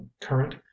current